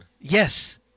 Yes